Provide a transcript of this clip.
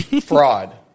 Fraud